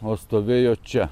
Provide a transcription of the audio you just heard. o stovėjo čia